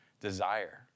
desire